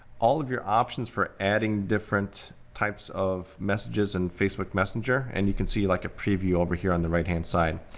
all of your options for adding different types of messages in facebook messenger, and you can see like a preview over here on the right-hand side.